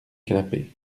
canapé